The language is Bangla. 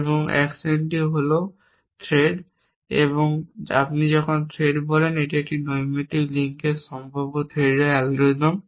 এবং অ্যাকশন হল থ্রেড এবং আপনি যখন থ্রেড বলেন এটি একটি নৈমিত্তিক লিঙ্কের সম্ভাব্য থ্রেডর অ্যালগরিদম